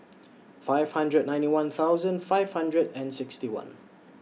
five hundred and ninety one thousand five hundred and sixty one